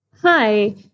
Hi